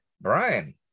Brian